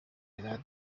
edad